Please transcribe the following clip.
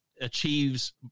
achieves